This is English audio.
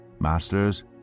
Masters